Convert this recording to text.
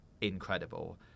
incredible